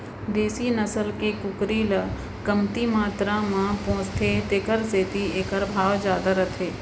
देसी नसल के कुकरी ल कमती मातरा म पोसथें तेकर सेती एकर भाव जादा रथे